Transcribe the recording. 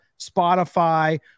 Spotify